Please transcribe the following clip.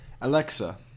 Alexa